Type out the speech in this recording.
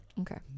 okay